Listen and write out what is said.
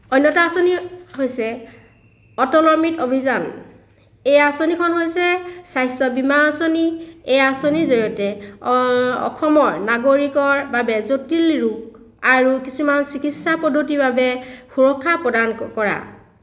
অন্য এটা আঁচনি হৈছে অটল অমৃত অভিযান এই আঁচনিখন হৈছে স্বাস্থ্য বীমা আঁচনি এই আঁচনিৰ জৰিয়তে অসমৰ নাগৰিকৰ বা জটিল ৰোগ আৰু কিছুমান চিকিৎসা পদ্ধতিৰ বাবে সুৰক্ষা প্ৰদান কৰা